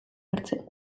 hartzen